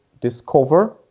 discover